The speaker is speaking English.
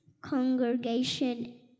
Congregation